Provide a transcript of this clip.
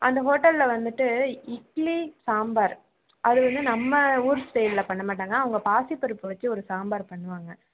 அந்த ஹோட்டலில் வந்துவிட்டு இட்லி சாம்பார் அது வந்த நம்ம ஊர் ஸ்டைலில் பண்ணமாட்டாங்க அவங்க பாசிப்பருப்பு வச்சு ஒரு சாம்பார் பண்ணுவாங்க